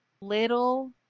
Little